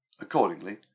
Accordingly